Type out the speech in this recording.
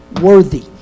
worthy